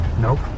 Nope